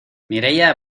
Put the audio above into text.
mireia